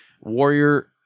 Warrior